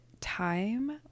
time